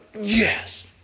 yes